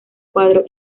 cuadro